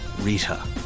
Rita